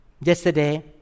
Yesterday